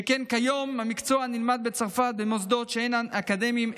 שכן כיום מקצוע שנלמד בצרפת במוסדות שאינם אקדמיים,